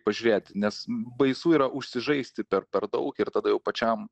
pažiūrėt nes baisu yra užsižaisti per per daug ir tada jau pačiam